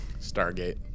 Stargate